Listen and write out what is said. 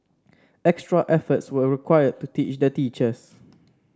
extra efforts were required to teach the teachers